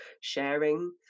sharing